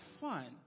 fun